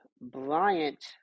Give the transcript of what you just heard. Bryant